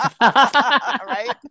Right